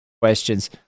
questions